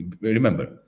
Remember